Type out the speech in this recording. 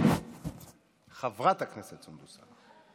חברת הכנסת סונדוס סאלח,